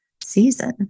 season